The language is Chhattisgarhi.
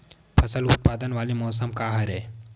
फसल उत्पादन वाले मौसम का हरे?